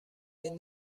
این